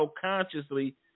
consciously